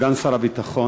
סגן שר הביטחון,